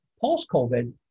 post-COVID